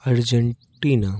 Argentina